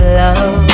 love